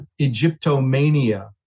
Egyptomania